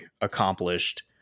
accomplished